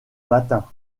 matin